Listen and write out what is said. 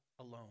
alone